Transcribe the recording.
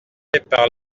par